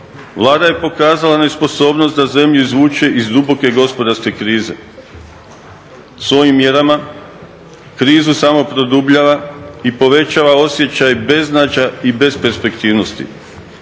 Vlada je pokazala nesposobnost da zemlju izvuče iz duboke gospodarske krize, svojim mjerama krizu samo produbljava i povećava osjećaj beznađa i besperspektivnosti.